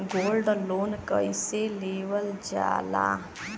Gold loan कईसे लेवल जा ला?